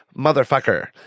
motherfucker